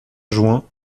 juin